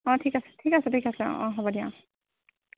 অঁ ঠিক আছে ঠিক আছে ঠিক আছে অঁ অঁ হ'ব দিয়া অঁ